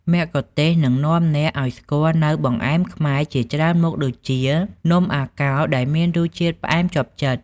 មគ្គុទ្ទេសក៍នឹងណែនាំអ្នកឱ្យស្គាល់នូវ បង្អែមខ្មែរ ជាច្រើនមុខដូចជា នំអាកោ ដែលមានរសជាតិផ្អែមជាប់ចិត្ត